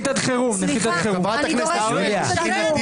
--- חברת הכנסת השכל,